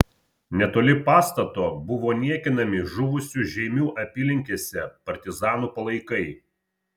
netoli pastato buvo niekinami žuvusių žeimių apylinkėse partizanų palaikai